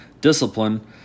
discipline